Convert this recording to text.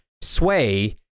sway